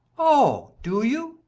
oh! do you?